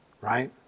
Right